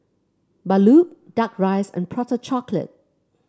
Bahulu duck rice and Prata Chocolate